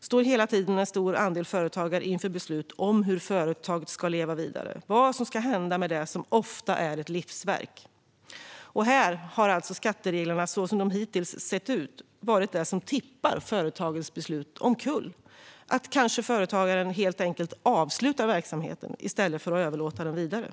står hela tiden en stor andel företagare inför beslut om hur företag ska leva vidare, vad som ska hända med det som ofta är ett livsverk. Här har alltså skattereglerna, så som de hittills sett ut, varit det som tippat omkull företagens beslut. Företagaren kanske helt enkelt avslutar verksamheten i stället för att överlåta den vidare.